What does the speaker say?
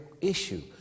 issue